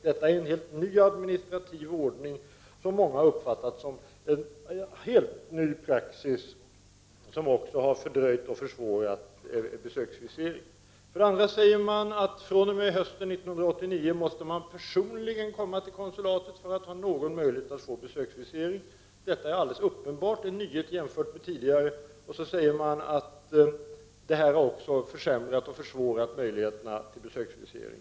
Det är en helt ny administrativ ordning som många har uppfattat som en helt ny praxis som fördröjt och försvårat en besöksvisering. För det andra sägs det att man fr.o.m. hösten 1989 personligen måste komma till konsulatet för att ha någon möjlighet att få en besöksvisering. Detta är alldeles uppenbart en nyhet jämfört med det tidigåre förfarandet. Det sägs också att detta har försämrat och försvårat möjligheterna till besöksvisering.